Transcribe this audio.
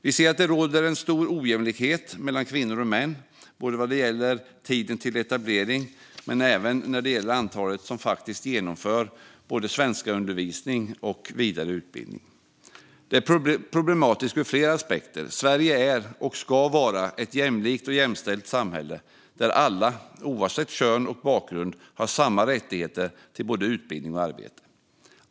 Vi ser att det råder en stor ojämlikhet mellan kvinnor och män, både vad gäller tiden till etablering och när det gäller antalet som faktiskt genomför både svenskundervisning och vidare utbildning. Det är problematiskt ur flera aspekter. Sverige är och ska vara ett jämlikt och jämställt samhälle där alla oavsett kön och bakgrund har samma rättigheter till både utbildning och arbete.